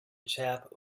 chap